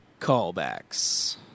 callbacks